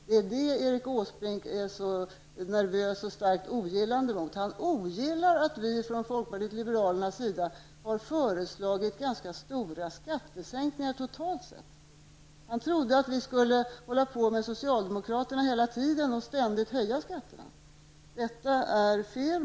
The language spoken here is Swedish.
Det är detta som Erik Åsbrink är så nervös för och starkt ogillande mot. Han ogillar att vi från folkpartiet liberalernas sida har föreslagit ganska stora skattesänkningar totalt sett. Han trodde att vi tillsammans med socialdemokraterna ständigt skulle höja skatterna. Detta är fel.